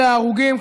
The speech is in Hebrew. אלה ההרוגים.